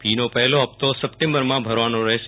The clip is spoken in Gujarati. ફી નો પહેલો હપ્તો સપ્ટેમ્બરમાં ભરવાનો રહેશે